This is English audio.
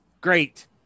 great